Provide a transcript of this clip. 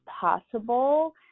possible